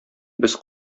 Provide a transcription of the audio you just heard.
без